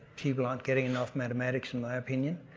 people aren't getting enough mathematics in my opinion.